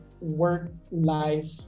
work-life